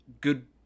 good